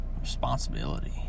responsibility